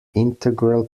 integral